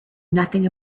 nothing